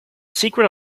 secret